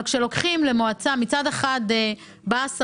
כאשר מצד אחד באה השרה,